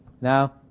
Now